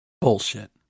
Bullshit